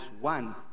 one